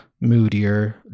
moodier